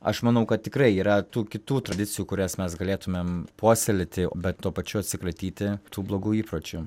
aš manau kad tikrai yra tų kitų tradicijų kurias mes galėtumėm puoselėti bet tuo pačiu atsikratyti tų blogų įpročių